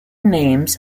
names